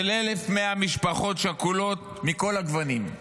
של 1,100 משפחות שכולות מכל הגוונים,